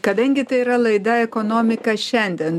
kadangi tai yra laida ekonomika šiandien